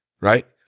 right